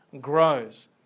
grows